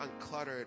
uncluttered